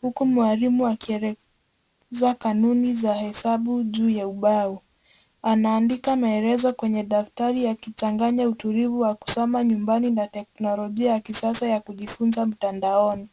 huku mwalimu akieleza kanuni za hesabu juu ya ubao. Anaandika maelezo kwenye daftari yakichanganya utulivu wa kusoma nyumbani na teknolojia ya kisasa ya kujifunza mtandaoni.